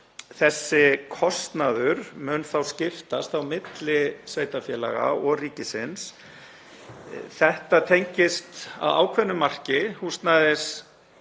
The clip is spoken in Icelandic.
þessi kostnaður mun skiptast á milli sveitarfélaga og ríkisins. Þetta tengist að ákveðnu marki húsnæðismálum